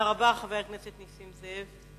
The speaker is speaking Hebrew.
חבר הכנסת נסים זאב.